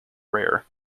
rare